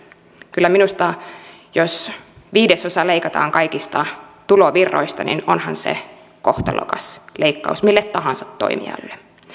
kyllä minusta jos viidesosa leikataan kaikista tulovirroista niin onhan se kohtalokas leikkaus mille tahansa toimijalle